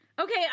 Okay